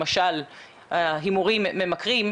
למשל ההימורים ממכרים,